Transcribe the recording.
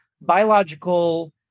biological